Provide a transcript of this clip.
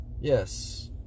Yes